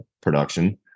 production